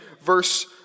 verse